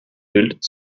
bild